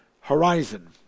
Horizon